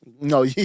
no